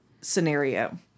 scenario